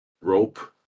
Rope